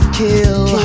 kill